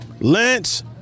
Lance